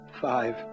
Five